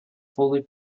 fully